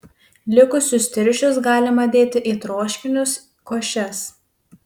likusius tirščius galima dėti į troškinius košes